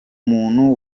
muntu